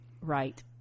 Right